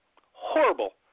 horrible